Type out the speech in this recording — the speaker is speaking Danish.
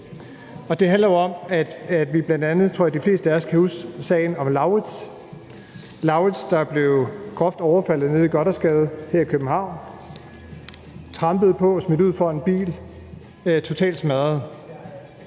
Det handler jo bl.a. om, at vi – de fleste af os, tror jeg – kan huske sagen om Lauritz, der blev groft overfaldet nede i Gothersgade her i København, trampet på, smidt ud foran en bil, totalt smadret.